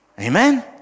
Amen